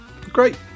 great